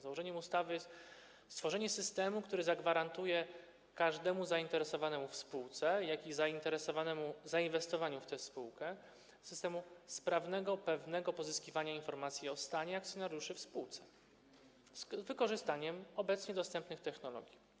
Założeniem ustawy jest stworzenie systemu, który zagwarantuje każdemu zainteresowanemu w spółce, jak i zainteresowanemu zainwestowaniem w tę spółkę, systemu sprawnego, pewnego pozyskiwania informacji o stanie akcjonariuszy w spółce, z wykorzystaniem obecnie dostępnych technologii.